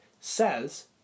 says